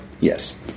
Yes